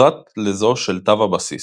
פרט לזו של תו הבסיס,